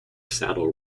saddle